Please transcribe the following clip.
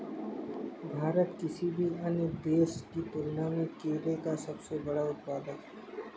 भारत किसी भी अन्य देश की तुलना में केले का सबसे बड़ा उत्पादक है